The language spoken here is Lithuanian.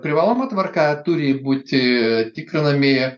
privaloma tvarka turi būti tikrinami